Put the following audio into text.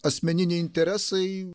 asmeniniai interesai